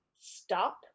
stop